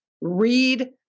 Read